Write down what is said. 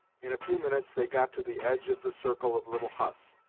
in a few minutes they got to the edge of the circle of little huts.